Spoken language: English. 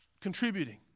contributing